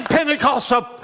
Pentecostal